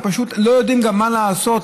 הם פשוט לא יודעים מה לעשות.